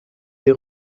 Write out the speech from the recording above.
des